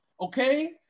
Okay